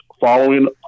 Following